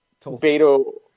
Beto